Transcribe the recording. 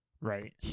Right